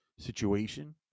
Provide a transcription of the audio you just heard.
Situation